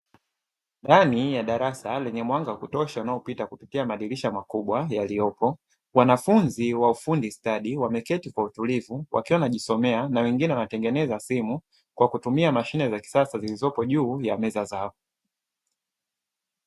Ndani ya darasa lenye mwanga wa kutosha unaopita kupitia madirisha makubwa yaliyopo, wanafunzi wa ufundi stadi wameketi kwa utulivu wakiwa wanajisomea na wengine wanatengeneza simu kwa kutumia mashine za kisasa zilizopo juu ya meza zao.